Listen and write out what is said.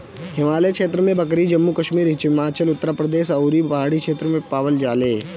हिमालय क्षेत्र में बकरी जम्मू कश्मीर, हिमाचल, उत्तराखंड अउरी पहाड़ी क्षेत्र में पावल जाले